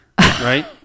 right